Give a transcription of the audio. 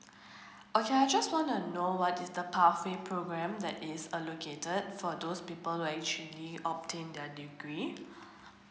okay I just wanna know what is the pathway program that is allocated for those people who actually obtain their degree